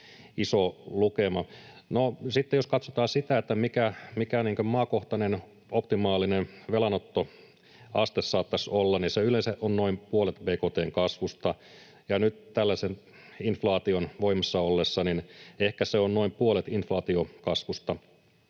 sitten jos katsotaan sitä, mikä maakohtainen optimaalinen velanottoaste saattaisi olla, niin se yleensä on noin puolet bkt:n kasvusta, ja nyt tällaisen inflaation voimassa ollessa ehkä se on noin puolet inflaation kasvusta.